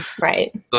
Right